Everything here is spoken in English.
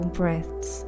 breaths